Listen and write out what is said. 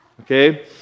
Okay